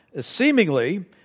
seemingly